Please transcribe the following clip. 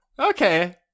okay